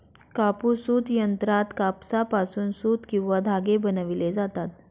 कापूस सूत यंत्रात कापसापासून सूत किंवा धागे बनविले जातात